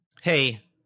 hey